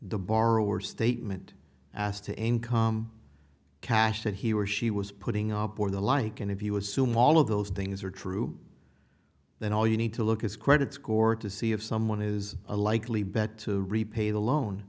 the borrower statement as to income cash that he or she was putting up or the like and if you assume all of those things are true then all you need to look is credit score to see if someone is a likely bet to repay the loan